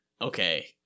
Okay